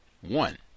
One